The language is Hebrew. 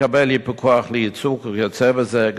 לקבל ייפוי כוח לייצוג וכיוצא בזה?